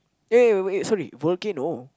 ya ya wait sorry volcano